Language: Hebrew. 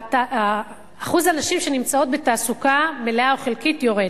אחוז הנשים שנמצאות בתעסוקה מלאה או חלקית יורד.